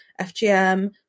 FGM